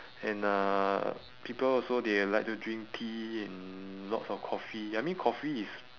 and uh people also they like to drink tea and lots of coffee I mean coffee is